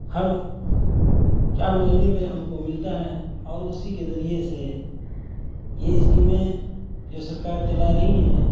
ہر چار مہینے پہ ہم کو ملتا ہے اور اسی کے ذریعے سے یہ اسکیمیں جو سرکار چلا رہی ہے